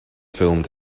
filmed